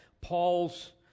Paul's